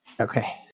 okay